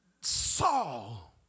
Saul